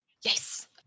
yes